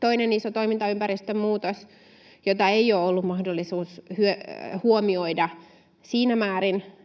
Toinen iso toimintaympäristön muutos, jota ei ole ollut mahdollista huomioida